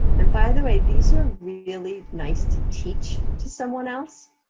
and by the way, these are really nice to teach to someone else.